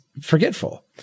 forgetful